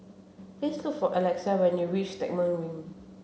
please look for Alexa you reach Stagmont Ring